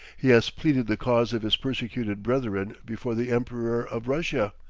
he has pleaded the cause of his persecuted brethren before the emperor of russia,